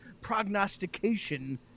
prognostication